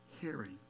Hearing